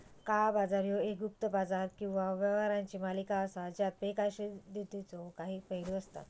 काळा बाजार ह्यो एक गुप्त बाजार किंवा व्यवहारांची मालिका असा ज्यात बेकायदोशीरतेचो काही पैलू असता